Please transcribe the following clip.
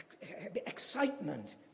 excitement